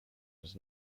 was